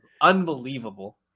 unbelievable